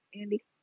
Andy